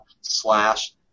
slash